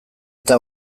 eta